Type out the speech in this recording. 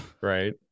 Right